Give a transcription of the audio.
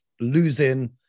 Losing